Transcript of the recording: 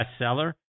bestseller